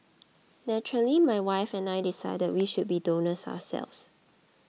naturally my wife and I decided we should be donors ourselves